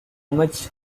much